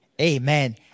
Amen